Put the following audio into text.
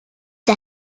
the